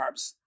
carbs